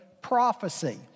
prophecy